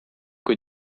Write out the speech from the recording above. kui